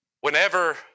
Whenever